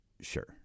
sure